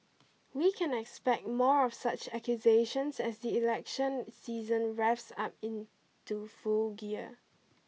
we can expect more of such accusations as the election season revs up into full gear